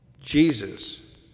Jesus